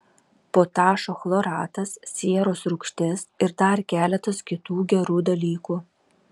potašo chloratas sieros rūgštis ir dar keletas kitų gerų dalykų